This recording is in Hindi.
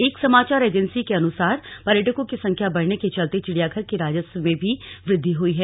एक समाचार एजेंसी के अनुसार पर्यटकों की संख्या बढ़ने के चलते चिड़ियाघर के राजस्व में भी वृद्धि हुई है